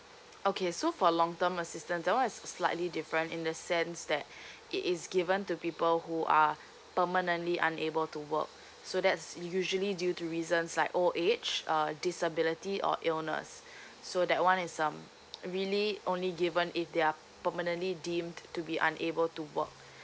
okay so for long term assistance that one is slightly different in the sense that it is given to people who are permanently unable to work so that's usually due to reasons like old age uh disability or illness so that one is um really only given if they are permanently deemed to be unable to work